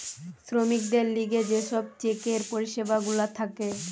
শ্রমিকদের লিগে যে সব চেকের পরিষেবা গুলা থাকে